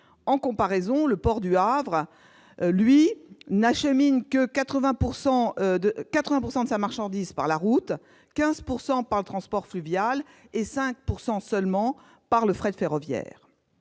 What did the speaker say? En comparaison, le port du Havre achemine 80 % de ses marchandises par la route, 15 % par le transport fluvial et 5 % seulement par le fret ferroviaire.